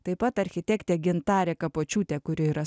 taip pat architektė gintarė kapočiūtė kuri yra